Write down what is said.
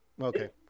okay